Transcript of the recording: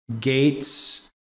gates